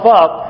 up